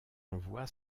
envoie